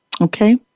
okay